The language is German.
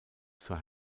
zur